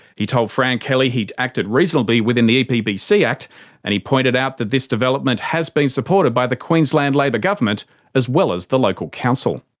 he told fran kelly he'd acted reasonably within the epbc act and he pointed out that this development has been supported by the queensland labor government as well as the local council.